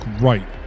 right